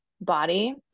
body